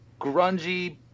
grungy